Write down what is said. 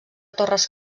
torres